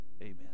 Amen